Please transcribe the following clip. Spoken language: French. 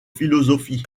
philosophie